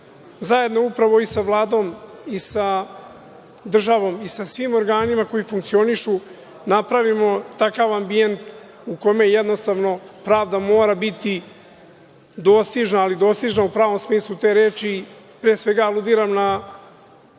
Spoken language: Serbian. zajedno upravo i sa Vladom i sa državom i sa svim organima koji funkcionišu, napravimo takav ambijent u kome jednostavno pravda mora biti dostižna, ali dostižna u pravom smislu te reči.